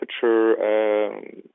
temperature